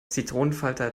zitronenfalter